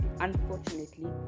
unfortunately